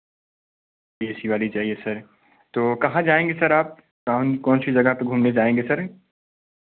ए C वाली चाहिये sir तो कहाँ जाएंगे सर आप मतलब कौन सी जगह पर जाएंगे सर